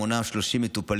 המונה 30 מטופלים,